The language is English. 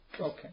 Okay